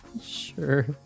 Sure